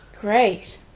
Great